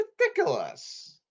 Ridiculous